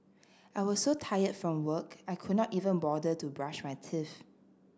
I was so tired from work I could not even bother to brush my teeth